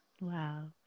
Wow